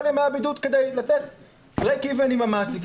ימי הבידוד כדי לצאת break even עם המעסיקים.